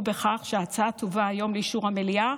בכך שההצעה תובא היום לאישור המליאה,